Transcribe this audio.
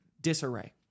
disarray